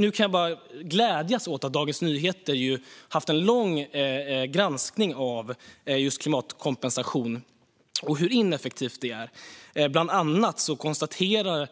Nu kan jag bara glädjas åt att Dagens Nyheter har haft en lång granskning av hur ineffektiv klimatkompensation är. Bland annat konstaterar